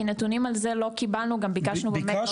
כי נתונים על זה לא קיבלנו גם ביקשנו --- סליחה,